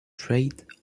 trade